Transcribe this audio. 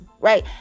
right